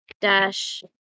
dash